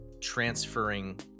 transferring